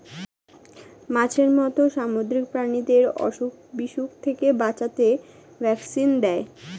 মাছের মত সামুদ্রিক প্রাণীদের অসুখ বিসুখ থেকে বাঁচাতে ভ্যাকসিন দেয়